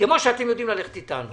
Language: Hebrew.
כמו שאתם יודעים ללכת אתנו.